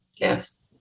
yes